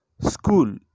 school